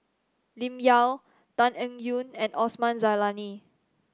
Lim Yau Tan Eng Yoon and Osman Zailani